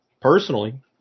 personally